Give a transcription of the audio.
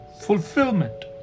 Fulfillment